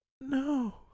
No